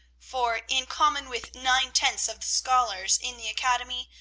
for, in common with nine-tenths of the scholars in the academy,